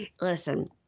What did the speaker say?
listen